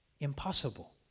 impossible